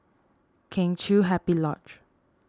Kheng Chiu Happy Lodge